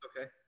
Okay